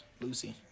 Lucy